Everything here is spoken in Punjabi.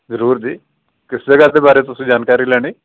ਜ਼ਰੂਰ ਜੀ ਕਿਸ ਜਗ੍ਹਾ ਦੇ ਬਾਰੇ ਤੁਸੀਂ ਜਾਣਕਾਰੀ ਲੈਣੀ